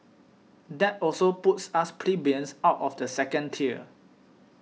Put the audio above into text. that also puts us plebeians out of the second tier